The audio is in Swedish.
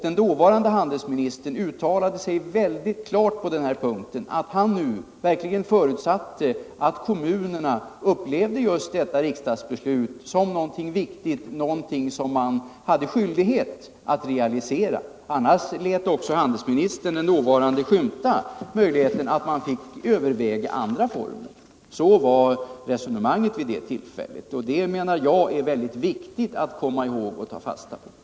Den dåvarande handelsministern uttalade väldigt klart på den här punkten, att han verkligen förutsatte att kommunerna skulle uppleva riksdagsbeslutet som någonting viktigt, någonting som man hade skyldighet att realisera. Han lät även den möjligheten skymta, att man eljest fick överväga andra former. Sådant var resonemanget vid detta tillfälle 1975. Det menar jag är väldigt viktigt att komma ihåg och ta fasta på i dag.